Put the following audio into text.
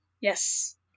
yes